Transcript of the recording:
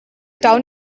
town